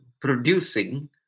producing